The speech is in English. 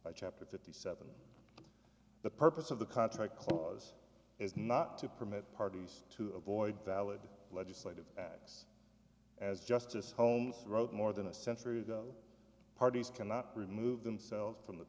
t chapter fifty seven the purpose of the contract clause is not to permit parties to avoid valid legislative acts as justice holmes wrote more than a century ago parties cannot remove themselves from the